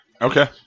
okay